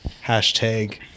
Hashtag